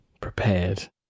prepared